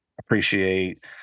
appreciate